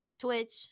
twitch